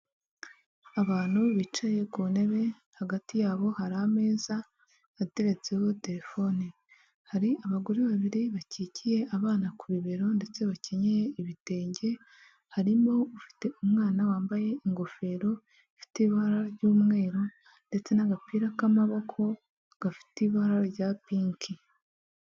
Abantu bicaye ku ntebe hagati yabo hari ameza ateretseho telefone. Hari abagore babiri bakikiye abana ku bibero ndetse bakenyeye ibitenge, harimo ufite umwana wambaye ingofero ifite ibara ry'umweru, ndetse n'agapira k'amaboko gafite ibara rya pinki.